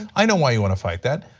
i know what you want to fight that.